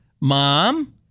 mom